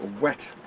wet